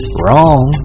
wrong